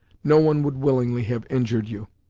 no one would willingly have injured you.